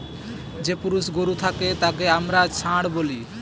যে পুরুষ গরু থাকে তাকে আমরা ষাঁড় বলি